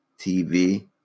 TV